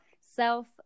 self